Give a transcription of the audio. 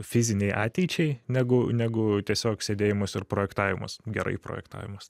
fizinei ateičiai negu negu tiesiog sėdėjimas ir projektavimas gerai projektavimas